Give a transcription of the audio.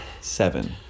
Seven